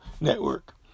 network